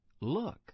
Look